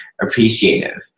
appreciative